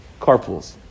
Carpools